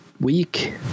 week